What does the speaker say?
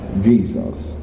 Jesus